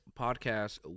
podcast